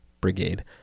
brigade